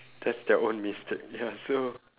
that's their own mistake ya so